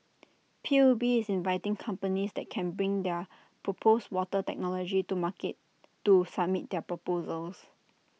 P U B is inviting companies that can bring their proposed water technology to market to submit their proposals